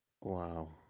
Wow